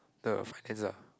the finance ah